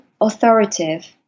authoritative